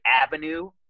avenue